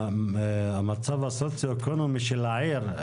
המצב הסוציו אקונומי של העיר,